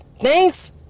Thanks